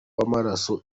w’amaraso